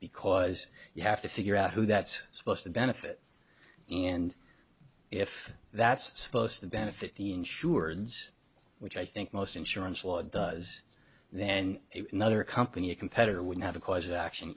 because you have to figure out who that's supposed to benefit and if that's supposed to benefit the insurance which i think most insurance law does then another company a competitor would have a cause of action